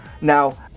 Now